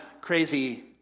crazy